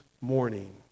morning